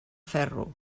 ferro